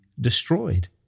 destroyed